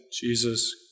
Jesus